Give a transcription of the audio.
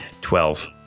Twelve